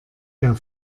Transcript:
der